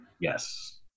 Yes